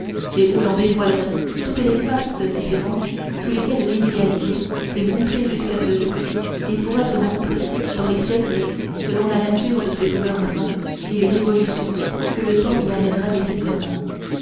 et où l'on dévoilerait toutes les faces différentes sous lesquelles l'inégalité s'est montrée jusqu'à ce jour et pourra se montrer dans les siècles selon la nature de ces gouvernements et les révolutions que le temps y amènera nécessairement